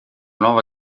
nuova